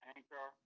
Anchor